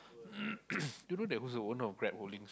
do you know there was a one of Grab Holdings